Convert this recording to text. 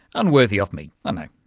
unworthy of me, um i